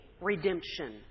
redemption